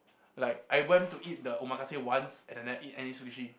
like I went to to eat the Omakase once and I never eat any sushi